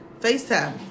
FaceTime